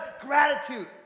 Gratitude